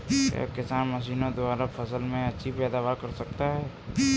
क्या किसान मशीनों द्वारा फसल में अच्छी पैदावार कर सकता है?